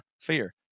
fear